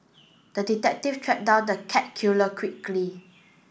the detective tracked down the cat killer quickly